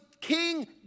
King